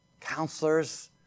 counselors